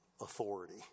authority